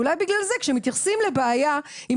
ואולי בגלל זה כשמתייחסים לבעיה עם